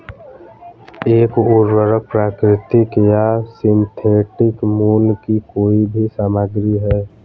एक उर्वरक प्राकृतिक या सिंथेटिक मूल की कोई भी सामग्री है